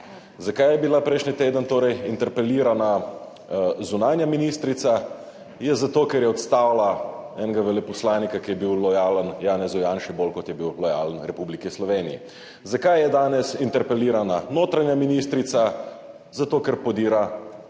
Zakaj je bila prejšnji teden torej interpelirana zunanja ministrica? Ja zato, ker je odstavila enega veleposlanika, ki je bil lojalen Janezu Janši bolj kot je bil lojalen v Republiki Sloveniji. Zakaj je danes interpelirana notranja ministrica? Zato, ker podira žico